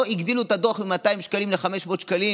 לא הגדילו את הדוח מ-200 שקלים ל-500 שקלים